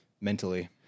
mentally